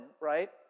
right